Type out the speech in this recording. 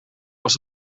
was